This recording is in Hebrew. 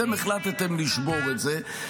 אתם החלטתם לשבור את זה.